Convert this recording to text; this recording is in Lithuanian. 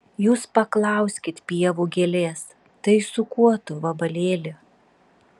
jūs paklauskit pievų gėlės tai su kuo tu vabalėli